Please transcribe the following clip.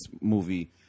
movie